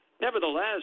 Nevertheless